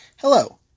Hello